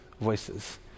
voices